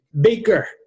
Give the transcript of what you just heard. Baker